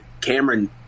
Cameron –